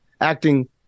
acting